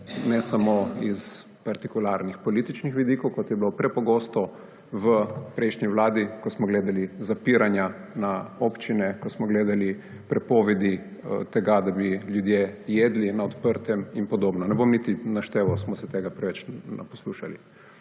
ne samo iz partikularnih političnih vidikov, kot je bilo prepogosto v prejšnji vladi, ko smo gledali zapiranja na občine, ko smo gledali prepovedi tega, da bi ljudje jedli na odprtem in podobno. Ne bom niti našteval, smo se tega preveč naposlušali.